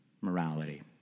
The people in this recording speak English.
morality